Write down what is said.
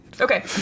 Okay